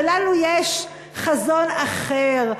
ולנו יש חזון אחר.